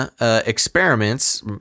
experiments